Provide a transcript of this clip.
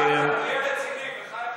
לצידי, בחייך.